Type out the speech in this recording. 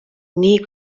nii